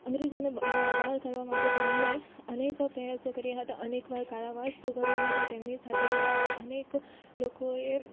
અંગ્રેજોને બહાર કાઢવા માટે તેમણે અનેક પ્રયાસો કર્યા હતા અનેક વાર કાળાવાસ ભોગવ્યો હતો તેમની સાથે અનેક લોકોએ